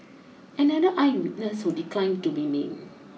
another eye witness who declined to be named